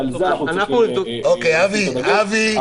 ועל זה אנחנו צריכים לשים את